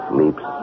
leaps